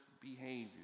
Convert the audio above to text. behavior